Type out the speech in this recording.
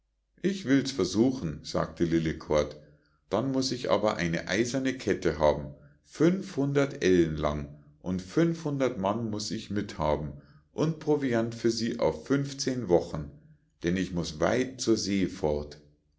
ich will's versuchen sagte lillekort dann muß ich aber eine eiserne kette haben fünfhundert ellen lang und fünfhundert mann muß ich mit haben und proviant für sie auf funfzehn wochen denn ich muß weit zur see fort